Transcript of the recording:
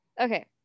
Okay